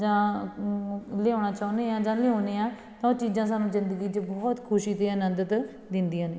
ਜਾਂ ਲਿਆਉਣਾ ਚਾਹੁੰਦੇ ਹਾਂ ਜਾਂ ਲਿਆਉਂਦੇ ਹਾਂ ਤਾਂ ਉਹ ਚੀਜ਼ਾਂ ਸਾਨੂੰ ਜ਼ਿੰਦਗੀ 'ਚ ਬਹੁਤ ਖੁਸ਼ੀ ਅਤੇ ਆਨੰਦਿਤ ਦਿੰਦੀਆਂ ਨੇ